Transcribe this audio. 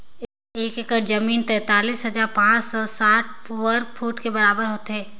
एक एकड़ जमीन तैंतालीस हजार पांच सौ साठ वर्ग फुट के बराबर होथे